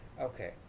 Okay